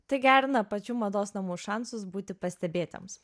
tai gerina pačių mados namų šansus būti pastebėtiems